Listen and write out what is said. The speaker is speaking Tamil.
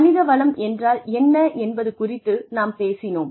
மனித வளம் என்றால் என்ன என்பது குறித்து நாம் பேசினோம்